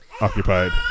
occupied